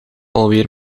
alweer